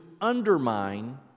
undermine